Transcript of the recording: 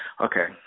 okay